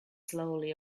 slowly